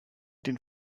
den